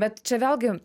bet čia vėlgi